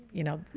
you know,